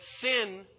sin